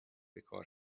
بکار